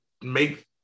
make